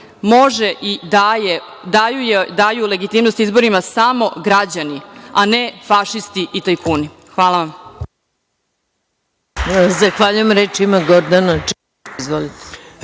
jeste da legitimnost izborima daju samo građani, a ne fašisti i tajkuni. Hvala vam.